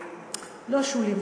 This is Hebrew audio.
לא שולי מועלם.